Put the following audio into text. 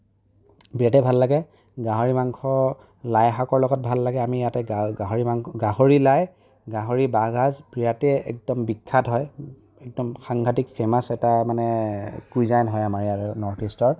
বিৰাটে ভাল লাগে গাহৰি মাংস লাই শাকৰ লগত ভাল লাগে আমি ইয়াতে গাহৰি মাংস গাহৰি লাই গাহৰি বাঁহগাজ ইয়াতে একদম বিখ্যাত হয় একদম সাংঘাতিক ফেমাছ এটা মানে কুইজান হয় আমাৰ ইয়াৰ নৰ্থ ইষ্টৰ